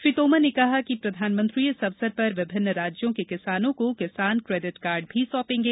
श्री तोमर ने कहा कि प्रधानमंत्री इस अवसर पर विभिन्न राज्यों के किसानों को किसान क्रेडिट कार्ड भी सौंपेंगे